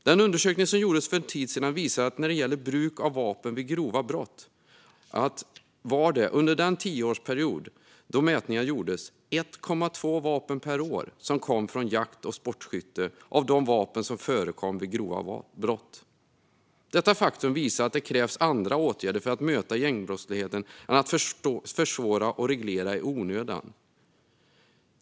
Den undersökning som gjordes för en tid sedan visade att under den tioårsperiod då mätningar gjordes av bruk av vapen vid grova brott kom l,2 vapen per år från jakt och sportskytte. Detta faktum visar att det krävs andra åtgärder för att möta gängbrottsligheten än att försvåra och reglera i onödan.